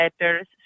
letters